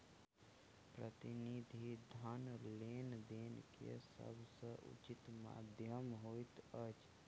प्रतिनिधि धन लेन देन के सभ सॅ उचित माध्यम होइत अछि